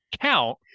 count